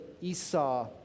Esau